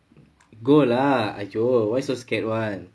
go lah !aiyo! why so scared [one]